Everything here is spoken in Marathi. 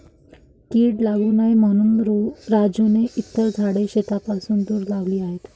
कीड लागू नये म्हणून राजूने इतर झाडे शेतापासून दूर लावली आहेत